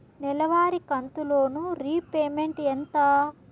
నెలవారి కంతు loan repayment ఎంత?